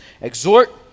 exhort